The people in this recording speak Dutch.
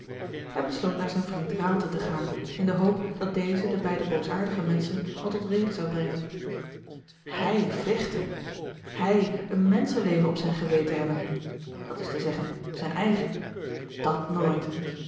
hij besloot naar zijn vriend raalte te gaan in de hoop dat deze de beide boosaardige menschen wel tot rede zou brengen hij vechten hij een menschenleven op zijn geweten hebben dat is te zeggen zijn eigen dat nooit